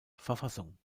verfassung